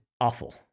awful